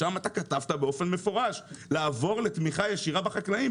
שם אתה כתבת באופן מפורש לעבור לתמיכה ישירה בחקלאים,